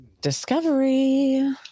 Discovery